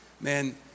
man